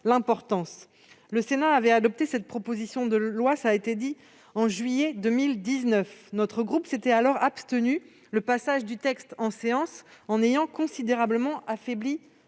l'importance. Le Sénat avait adopté cette proposition de loi en première lecture le 9 juillet 2019. Notre groupe s'était alors abstenu, le passage du texte en séance en ayant considérablement affaibli